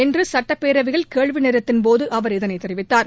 இன்று சட்டப்பேரவையில் கேள்விநேரத்தின்போது அவர் இதனை தெரிவித்தார்